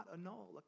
annul